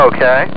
Okay